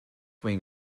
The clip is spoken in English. wing